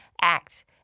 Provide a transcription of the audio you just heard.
act